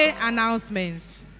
announcements